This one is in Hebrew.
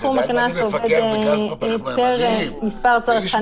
סכום הקנס עובד פר מספר צרכנים